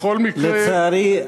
בכל מקרה, לצערי,